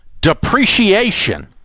depreciation